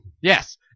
Yes